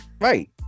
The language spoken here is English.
right